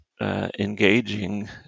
Engaging